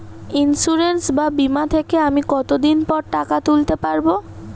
Insurance বা বিমা থেকে আমি কত দিন পরে টাকা তুলতে পারব?